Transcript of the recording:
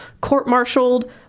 court-martialed